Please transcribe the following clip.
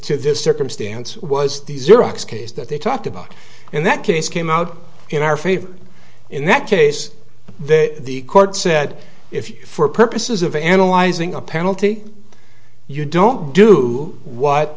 to this circumstance was the xerox case that they talked about and that case came out in our favor in that case that the court said if for purposes of analyzing a penalty you don't do what